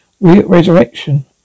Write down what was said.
resurrection